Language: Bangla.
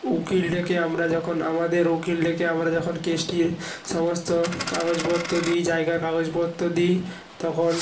উকিল ডেকে আমরা যখন আমাদের উকিল ডেকে আমরা যখন কেসটির সমস্ত কাগজপত্র দিই জায়গার কাগজপত্র দিই তখন